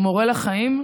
הוא מורה לחיים.